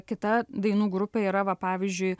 kita dainų grupė yra va pavyzdžiui